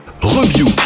Review